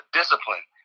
discipline